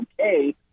okay